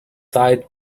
side